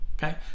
Okay